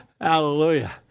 Hallelujah